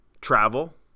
Travel